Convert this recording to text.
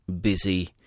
busy